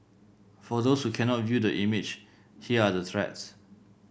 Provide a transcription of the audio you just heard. for those who cannot view the image here are the threats